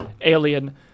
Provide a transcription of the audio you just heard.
Alien